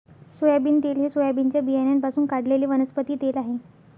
soybean तेल हे सोयाबीनच्या बियाण्यांपासून काढलेले वनस्पती तेल आहे